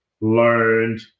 learned